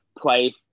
play